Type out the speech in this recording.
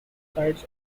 sides